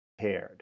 paired